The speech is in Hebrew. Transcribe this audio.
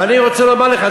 ואני רוצה לומר לך,